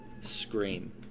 Scream